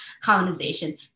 colonization